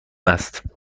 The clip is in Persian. است